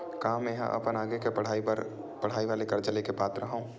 का मेंहा अपन आगे के पढई बर पढई वाले कर्जा ले के पात्र हव?